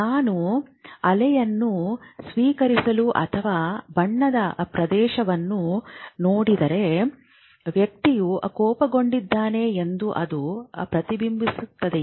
ನಾನು ಅಲೆಯನ್ನು ಸ್ವೀಕರಿಸಲು ಅಥವಾ ಬಣ್ಣದ ಪ್ರದೇಶವನ್ನು ನೋಡಿದರೆ ವ್ಯಕ್ತಿಯು ಕೋಪಗೊಂಡಿದ್ದಾನೆ ಎಂದು ಅದು ಪ್ರತಿಬಿಂಬಿಸುತ್ತದೆಯೇ